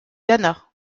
ghana